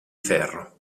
ferro